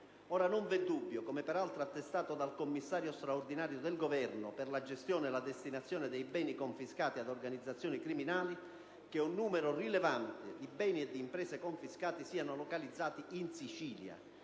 Ora, non v'è dubbio - come peraltro attestato dal Commissario straordinario del Governo per la gestione e la destinazione dei beni confiscati ad organizzazioni criminali - che un numero rilevante di questi beni e imprese sia localizzato in Sicilia: